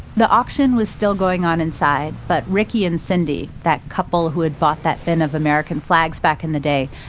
the auction was still going on inside, but ricky and cindy, that couple who had bought that bin of american flags back in the day,